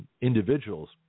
individuals